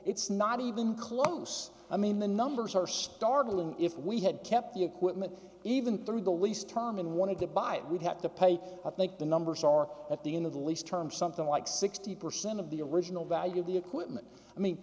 it's not even close i mean the numbers are startling if we had kept the equipment even through the lease time and wanted to buy it we'd have to pay i think the numbers are at the end of the lease term something like sixty percent of the original value of the equipment i mean